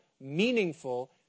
meaningful